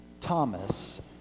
Thomas